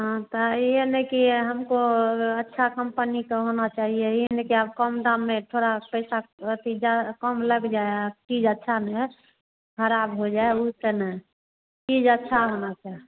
हँ तो यह नहीं कि यह हमको अच्छा कंपनी का होना चाहिए यह नहीं कि आप कम दाम में थोड़ा पैसा अथि जा कम लग जाए चीज़ अच्छा में ख़राब हो जाए उ स नहीं चीज़ अच्छी होनी चा